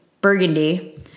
Burgundy